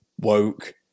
woke